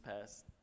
past